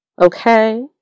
Okay